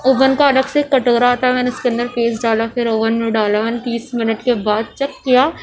oven کا الگ سے ایک کٹورا آتا ہے میں نے اس کے اندر پیسٹ ڈالا پھر اوون میں ڈالا میں نے تیس منٹ کے بعد چک کیا